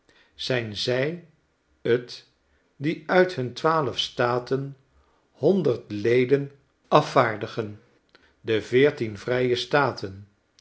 zijn zij t die uit hun twaalf staten honderd leden afvaardigen de veertien vrije staten